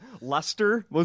Lester